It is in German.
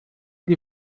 die